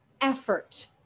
effort